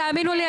תאמינו לי,